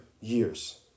years